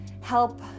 help